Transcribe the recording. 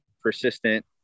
persistent